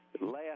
last